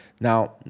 Now